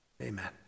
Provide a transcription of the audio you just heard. amen